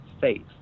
faith